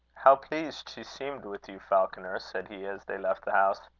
how pleased she seemed with you, falconer! said he, as they left the house.